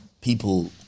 people